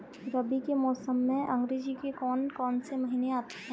रबी के मौसम में अंग्रेज़ी के कौन कौनसे महीने आते हैं?